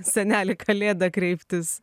seneli kalėda kreiptis